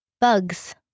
Bugs